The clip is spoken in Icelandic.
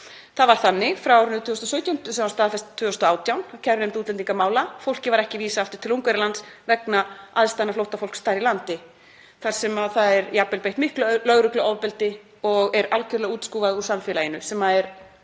Það var þannig frá árinu 2017 sem var staðfest 2018 af kærunefnd útlendingamála, fólki var ekki vísað aftur til Ungverjalands vegna aðstæðna flóttafólks þar í landi þar sem það er jafnvel beitt miklu lögregluofbeldi og er algerlega útskúfað úr samfélaginu sem er